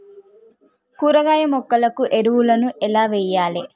కూరగాయ మొక్కలకు ఎరువులను ఎలా వెయ్యాలే?